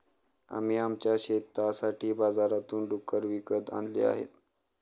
आम्ही आमच्या शेतासाठी बाजारातून डुक्कर विकत आणले आहेत